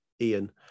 Ian